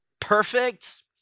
perfect